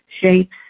Shapes